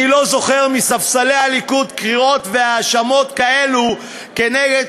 אני לא זוכר מספסלי הליכוד קריאות והאשמות כאלה כנגד